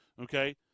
okay